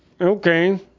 okay